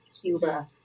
Cuba